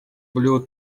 blue